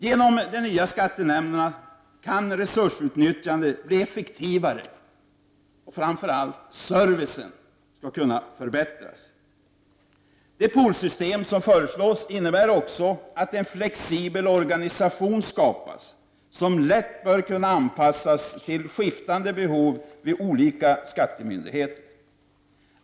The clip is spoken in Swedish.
Genom de nya skattenämnderna kan resursutnyttjandet bli effektivare, och framför allt servicen kan förbättras. Det poolsystem som föreslås innebär också att en flexibel organisation skapas som lätt bör kunna anpassas till skiftande behov vid olika skattemyndigheter.